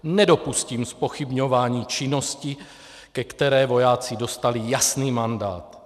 Nedopustím zpochybňování činnosti, ke které vojáci dostali jasný mandát.